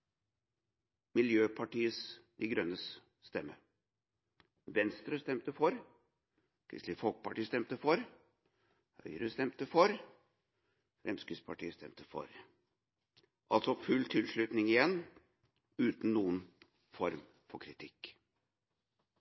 – Miljøpartiet De Grønnes stemme. Venstre stemte for, Kristelig Folkeparti stemte for, Høyre stemte for, og Fremskrittspartiet stemte for – altså full tilslutning igjen, uten noen form